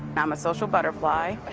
i'm a social butterfly